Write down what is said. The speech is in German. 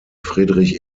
friedrich